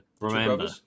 remember